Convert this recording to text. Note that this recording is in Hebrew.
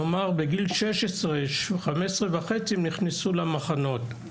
כלומר, בגיל 16, 15.5, הם נכנסו למחנות.